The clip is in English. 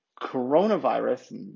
coronavirus